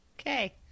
okay